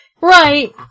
Right